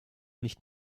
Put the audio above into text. nicht